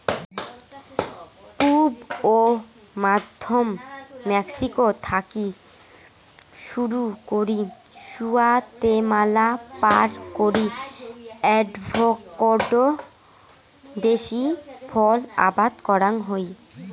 পুব ও মইধ্য মেক্সিকো থাকি শুরু করি গুয়াতেমালা পার করি অ্যাভোকাডো দেশী ফল আবাদ করাং হই